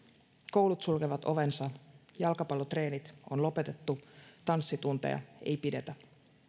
koulut sulkevat ovensa jalkapallotreenit on lopetettu tanssitunteja ei pidetä